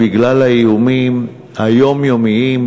בגלל האיומים היומיומיים,